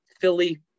Philly